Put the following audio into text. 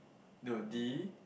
no D